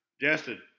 Justin